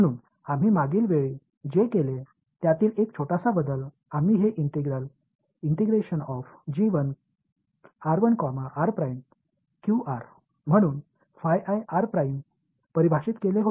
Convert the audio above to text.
म्हणून आम्ही मागील वेळी जे केले त्यातील एक छोटासा बदल आम्ही हे इंटिग्रल म्हणून परिभाषित केले होते